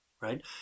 right